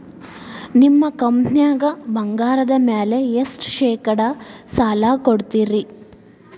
ನಿಮ್ಮ ಕಂಪನ್ಯಾಗ ಬಂಗಾರದ ಮ್ಯಾಲೆ ಎಷ್ಟ ಶೇಕಡಾ ಸಾಲ ಕೊಡ್ತಿರಿ?